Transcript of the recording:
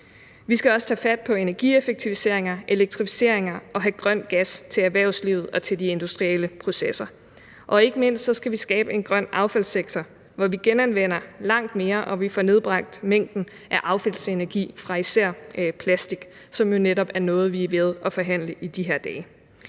Vi skal også tage fat på energieffektiviseringer, elektrificeringer og have grøn gas til erhvervslivet og til de industrielle processer. Og ikke mindst skal vi skabe en grøn affaldssektor, hvor vi genanvender langt mere og får nedbragt mængden af affaldsenergi fra især plastik, hvilket netop er noget, vi er ved at forhandle i de her dage.